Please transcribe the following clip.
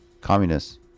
Communists